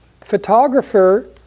photographer